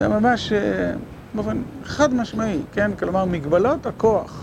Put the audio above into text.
זה ממש באופן חד משמעי, כן? כלומר, מגבלות הכוח.